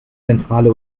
zentrale